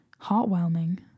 Heartwarming